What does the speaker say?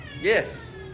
Yes